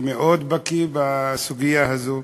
שמאוד בקי בסוגיה הזו.